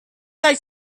like